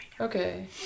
okay